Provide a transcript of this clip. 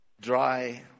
dry